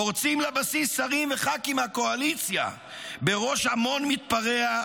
פורצים לבסיס שרים וח"כים מהקואליציה בראש המון מתפרע,